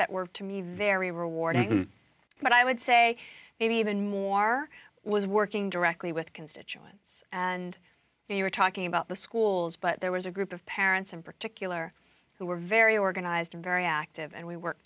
that were to me very rewarding but i would say maybe even more was working directly with constituents and we were talking about the schools but there was a group of parents in particular who were very organized very active and we work